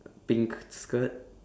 pink skirt